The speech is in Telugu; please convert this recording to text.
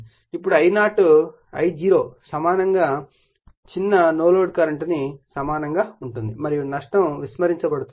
ఇప్పుడు I0 సమానంగా చిన్న నో లోడ్ కరెంట్ కు సమానంగా ఉంటుంది మరియు నష్టం విస్మరించబడుతుంది